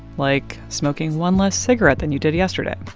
like smoking one less cigarette than you did yesterday.